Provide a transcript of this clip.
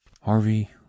Harvey